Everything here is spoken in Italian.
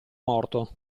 morto